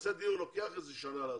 מקבצי דיור, לוקח שנה לעשות.